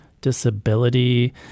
disability